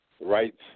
rights